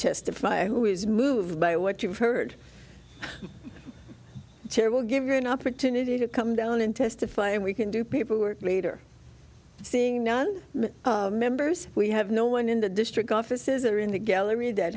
testify who is moved by what you've heard here will give you an opportunity to come down and testify and we can do people who are later seeing none members we have no one in the district offices or in the gallery that